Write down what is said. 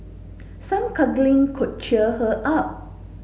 some cuddling could cheer her up